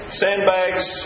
sandbags